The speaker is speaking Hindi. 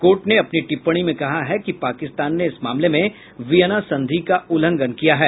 कोर्ट ने अपनी टिप्पणी में कहा है कि पाकिस्तान ने इस मामले में वियना संधि का उल्लंघन किया है